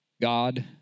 God